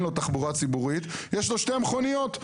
לו תחבורה ציבורית יש לו שתי מכוניות,